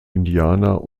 indianer